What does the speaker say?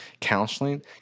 Counseling